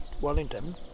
Wellington